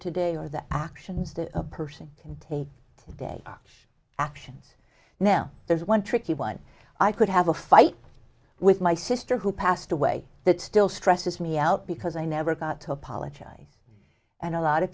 today are the actions that a person can take today our actions now there's one tricky one i could have a fight with my sister who passed away that still stresses me out because i never got to apologize and a lot